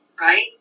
right